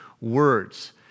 Words